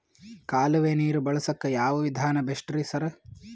ಕಾಲುವೆ ನೀರು ಬಳಸಕ್ಕ್ ಯಾವ್ ವಿಧಾನ ಬೆಸ್ಟ್ ರಿ ಸರ್?